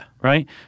Right